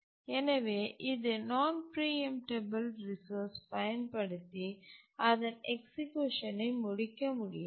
எனவே இது non preemptable resource பயன்படுத்தி அதன் எக்சிக்யூஷன் ஐ முடிக்க முடியாது